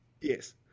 Yes